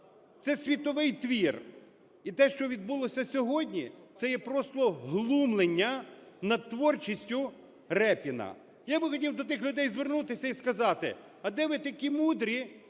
Це світовий твір. І те, що відбулося сьогодні, це є просто глумління над творчістю Рєпіна. Я би хотів до тих людей звернутися і сказати. А де ви, такі мудрі,